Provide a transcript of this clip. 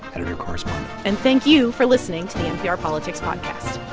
editor correspondent and thank you for listening to the npr politics podcast